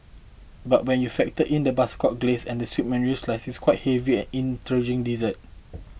but when you factor in the butterscotch glace and sweet mandarin slices quite heavy intriguing dessert